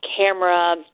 camera